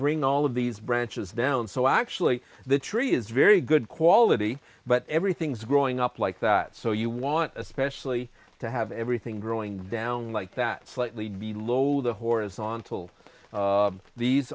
bring all of these branches down so actually the tree is very good quality but everything's growing up like that so you want especially to have everything growing down like that slightly below the horizontal these